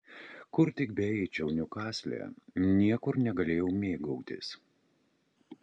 kur tik beeičiau niukasle niekur negalėjau mėgautis